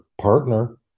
partner